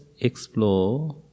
explore